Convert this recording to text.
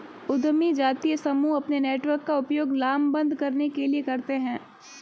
उद्यमी जातीय समूह अपने नेटवर्क का उपयोग लामबंद करने के लिए करते हैं